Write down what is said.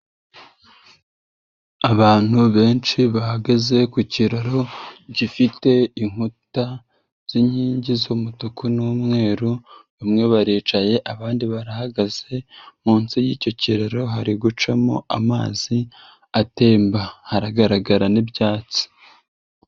Abantu benshi bahagaze ku kiraro gifite inkuta z'inkingi z'umutuku n'umweru, bamwe baricaye, abandi barahagaze, munsi y'icyo kiraro hari gucamo amazi atemba, haragaragara n'ibyatsi.